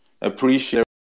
appreciate